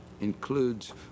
includes